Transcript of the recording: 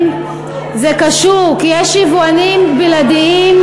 זה קשור, כי יש יבואנים בלעדיים.